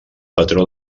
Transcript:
patró